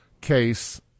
case